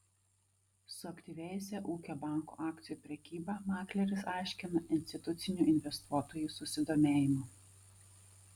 suaktyvėjusią ūkio banko akcijų prekybą makleris aiškina institucinių investuotojų susidomėjimu